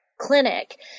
clinic